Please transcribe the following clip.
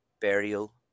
Burial